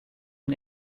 and